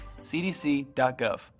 cdc.gov